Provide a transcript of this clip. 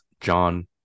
John